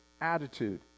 attitude